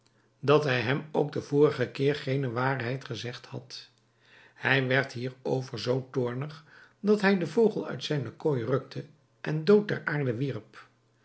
dat hij hem ook den vorigen keer geene waarheid gezegd had hij werd hierover zoo toornig dat hij den vogel uit zijne kooi rukte en dood ter aarde wierp